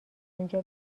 اونجا